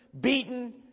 beaten